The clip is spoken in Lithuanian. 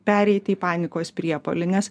pereit į panikos priepuolis